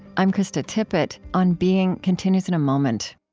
i'm krista tippett. on being continues in a moment